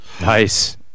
Nice